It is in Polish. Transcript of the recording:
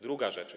Druga rzecz.